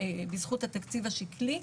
בזכות התקציב השקלי.